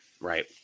right